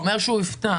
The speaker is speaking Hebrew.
הוא אומר שהוא יפתח,